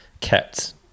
kept